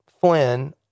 Flynn